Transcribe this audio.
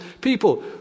people